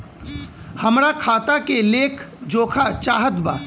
हमरा खाता के लेख जोखा चाहत बा?